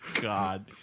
god